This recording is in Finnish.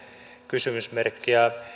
kysymysmerkkejä